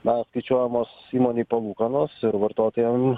na skaičiuojamos įmonei palūkanos ir vartotojam